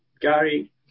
Gary